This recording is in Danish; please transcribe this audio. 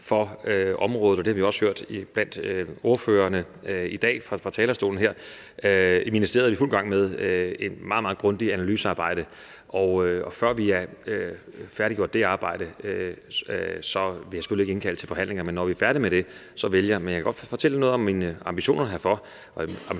for området, og det har vi også hørt fra ordførerne fra talerstolen her i dag. I ministeriet er vi i fuld gang med et meget, meget grundigt analysearbejde, og før vi har færdiggjort det arbejde, vil jeg selvfølgelig ikke indkalde til forhandlinger, men når vi er færdige med det, vil jeg gøre det. Men jeg vil godt fortælle noget om mine ambitioner på